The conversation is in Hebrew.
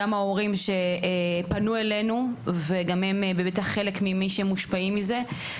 שפנו אלינו, וגם הם חלק ממי שמושפעים מזה.